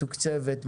מתוקצבת,